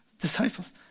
disciples